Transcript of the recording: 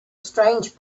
strange